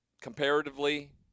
Comparatively